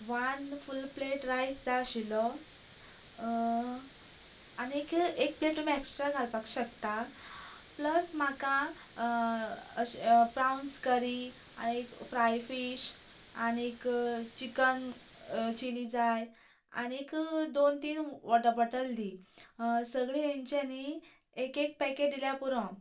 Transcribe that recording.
one full plate rice जाय आशिल्लो आनी एक प्लेट तुमी एक्स्ट्रां घालपाक शकता प्लस म्हाका अशें प्राउन्स करी आनीक फ्राय फीश आनीक चिकन चिली जाय आनीक दोन तीन वॉटर बॉटल दी सगळें हेंचे नी एक एक पेकेट दिल्यार पुरो